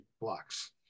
blocks